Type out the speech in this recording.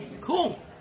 Cool